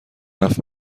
هفت